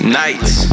nights